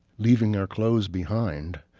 leaving our clothes behind.